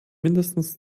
mindestens